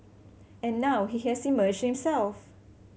and now he has emerged himself